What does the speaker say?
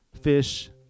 Fish